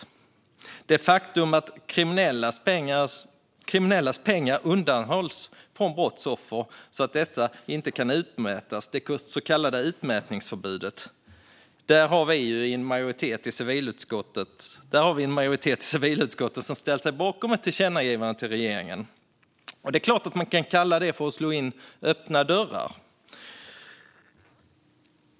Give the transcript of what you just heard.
När det gäller det faktum att kriminellas pengar undanhålls från brottsoffer och inte kan utmätas, det så kallade utmätningsförbudet, har en majoritet i utskottet ställt sig bakom ett förslag till tillkännagivande till regeringen. Det är klart att man kan kalla det för att slå in öppna dörrar.